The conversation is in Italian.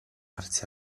farsi